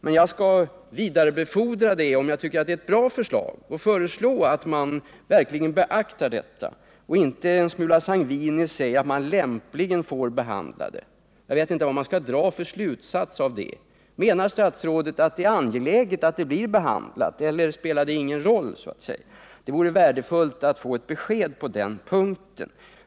Men jag skall vidarebefordra det, om jag tycker att det är ett bra förslag, och föreslå att man verkligen beaktar detta — och inte en smula sangviniskt säger att förslaget ”lämpligen får behandlas”. Jag vet inte vad jag skall dra för slutsats av den formuleringen. Menar statsrådet att det är angeläget att förslaget blir behandlat eller spelar det ingen roll? Det vore värdefullt att få ett besked på den punkten.